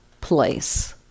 place